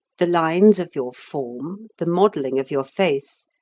the lines of your form, the modelling of your face,